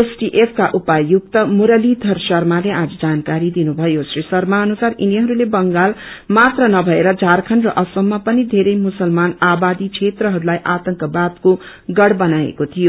STF का उपायुक्त मुरलीषर शर्माले आज जानकारीदिनुषयो श्री शर्मा अनुसार यिनीहरूले बंगाल मात्र नभएर झारखण्ड र समा पनि बेरै मुसलमान आवादी बेत्रहस्लाई आतंकवादको गढ़ बनाएको शियो